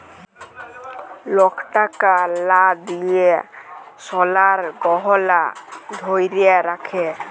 lock টাকার লা দিঁয়ে সলার গহলা ধ্যইরে রাখে